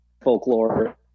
folklore